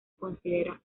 considera